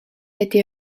été